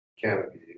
canopy